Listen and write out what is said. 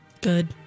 Good